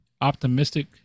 optimistic